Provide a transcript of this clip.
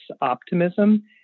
optimism